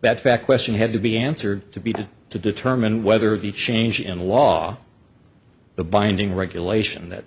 that fact question had to be answered to be done to determine whether the change in law the binding regulation that